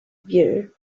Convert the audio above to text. view